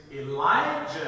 Elijah